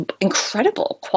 incredible